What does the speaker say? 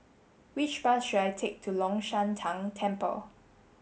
which bus should I take to Long Shan Tang Temple